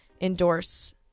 endorse